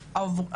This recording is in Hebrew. בעצם.